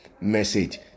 message